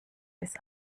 bis